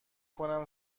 کنم